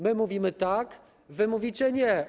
My mówimy „tak”, wy mówicie „nie”